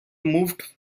moved